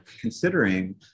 considering